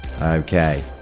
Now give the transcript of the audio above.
Okay